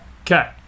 Okay